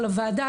לוועדה,